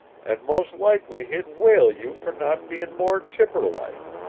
and most likely he'd whale you for not being more chipper-like.